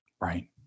Right